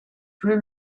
plus